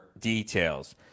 details